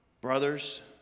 Brothers